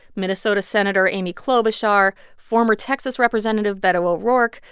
minnesota senator amy klobuchar, former texas representative beto o'rourke,